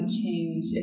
change